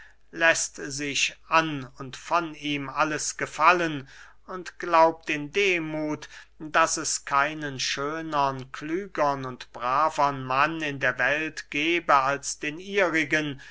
läßt sich an und von ihm alles gefallen und glaubt in demuth daß es keinen schönern klügern und bravern mann in der welt gebe als den ihrigen